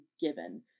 given